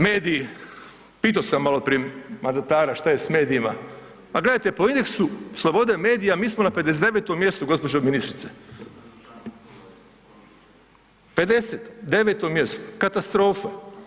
Mediji, pitao sam maloprije mandatara šta je s medijima, pa gledajte po indeksu slobode medija mi smo na 59 mjestu gospođo ministrice, 59 mjestu, katastrofa.